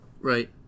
right